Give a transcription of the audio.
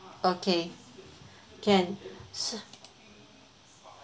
okay can